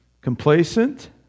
Complacent